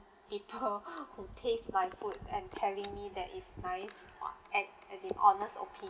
people who taste my food and telling me that is nice !wah! and as in honest opinion